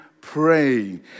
pray